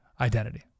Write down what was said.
identity